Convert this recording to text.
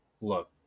Look